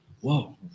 Whoa